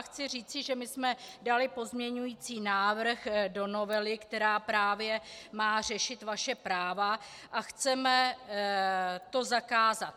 Chci říci, že my jsme dali pozměňující návrh do novely, která právě má řešit vaše práva, a chceme to zakázat.